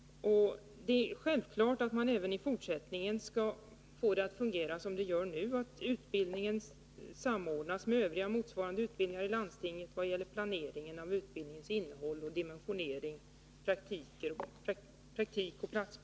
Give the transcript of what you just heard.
Det är självklart att man även i fortsättningen skall se till att det fungerar som nu, då utbildningen samordnas med övriga motsvarande utbildningar i landstinget vad gäller planeringen av utbildningens innehåll, dimensionering, praktik, platsantal och sådant.